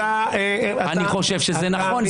אני חושב שזה נכון.